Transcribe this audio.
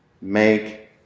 make